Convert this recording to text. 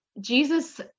Jesus